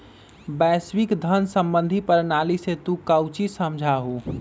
वैश्विक धन सम्बंधी प्रणाली से तू काउची समझा हुँ?